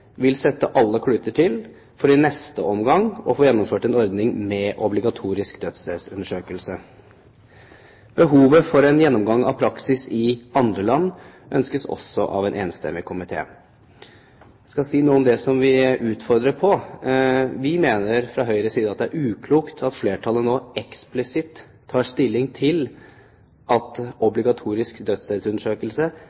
vil sette alle kluter til for i neste omgang å få gjennomført en ordning med obligatorisk dødsstedsundersøkelse. Behovet for en gjennomgang av praksis i andre land ønskes også av en enstemmig komité. Jeg skal si noe om det vi utfordrer på. Vi mener fra Høyres side at det er uklokt at flertallet nå eksplisitt har tatt stilling til at